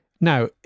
Now